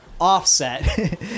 offset